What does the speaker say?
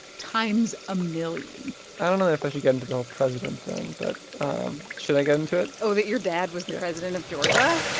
times a million i don't know if i should get into the whole president thing. but um should i get into it? oh, that your dad was. yeah. the president of georgia?